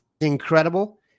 incredible